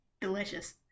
Delicious